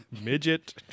Midget